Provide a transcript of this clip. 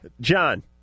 John